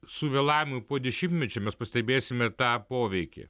su vėlavimu po dešimtmečių mes pastebėsime tą poveikį